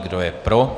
Kdo je pro?